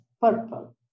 purple